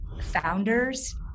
founders